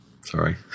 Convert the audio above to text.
sorry